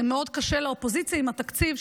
מאוד קשה לאופוזיציה עם התקציב,